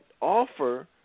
offer